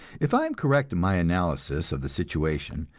if i am correct in my analysis of the situation,